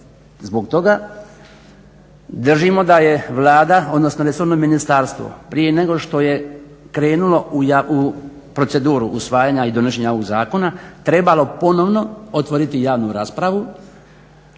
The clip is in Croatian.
Zbog toga držimo da je Vlada, odnosno resorno ministarstvo, prije nego što je krenulo u proceduru usvajanja i donošenja ovog zakona trebalo ponovno otvoriti javnu raspravu